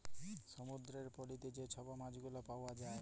সমুদ্দুরের পলিতে যে ছব মাছগুলা পাউয়া যায়